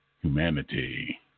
Humanity